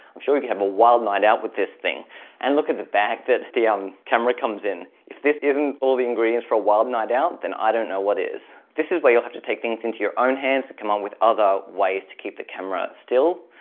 i'm sure you can have a wild night out with this thing and look at the bag that the um camera comes in. if this isn't all the ingredients for a wild night out then i don't know what is. this is where you'll have to take things into your own hands to come up with other ways to keep the camera still.